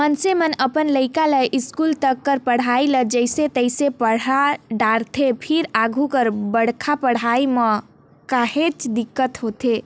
मइनसे मन अपन लइका ल इस्कूल तक कर पढ़ई ल जइसे तइसे पड़हा डारथे फेर आघु कर बड़का पड़हई म काहेच दिक्कत होथे